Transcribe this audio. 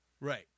Right